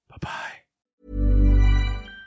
Bye-bye